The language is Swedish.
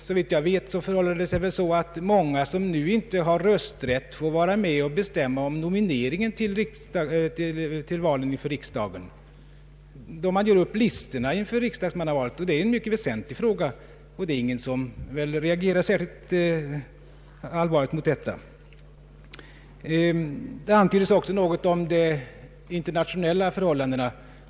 Såvitt jag vet får många som nu inte har rösträtt vara med och bestämma vid nomineringen av kandidater till riksdagen. Det är ju en mycket väsentlig fråga. Ingen reagerar väl särskilt mot detta förfarande. Det antyddes också något om de internationella förhållandena.